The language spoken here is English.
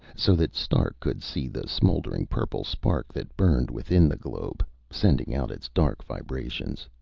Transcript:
so that stark could see the smouldering purple spark that burned within the globe, sending out its dark vibrations.